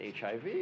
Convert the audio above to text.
HIV